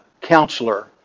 counselor